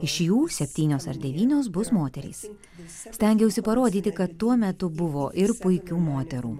iš jų septynios ar devynios bus moterys stengiausi parodyti kad tuo metu buvo ir puikių moterų